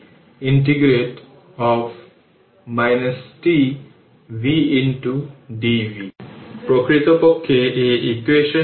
যদি ইন্টিগ্রেটেড হয় তাহলে এটি 12 c v ∫ হবে c v2 বাই 2 তাই 12 c v2 t ইনফিনিটি থেকে t